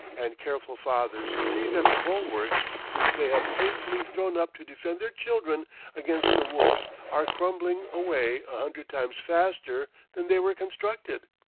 and careful fathers see that the bulwarks which they have painfully thrown up to defend their children against the wolf are crumbling away a hundred times faster than they were constructed.